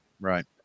Right